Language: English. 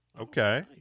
Okay